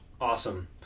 Awesome